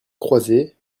croises